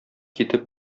китеп